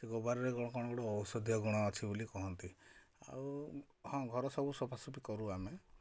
ସେ ଗୋବରରେ କ'ଣ ଗୋଟେ ଔଷଧୀୟ ଗୁଣ ଅଛି ବୋଲି କହନ୍ତି ଆଉ ହଁ ଘର ସବୁ ସଫାସଫି କରୁ ଆମେ